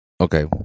Okay